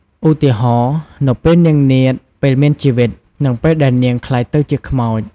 ឧទាហរណ៍ នៅពេលនាងនាថពេលមានជីវិត និងពេលដែលនាងក្លាយទៅជាខ្មោច ។